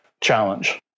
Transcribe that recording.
challenge